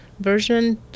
version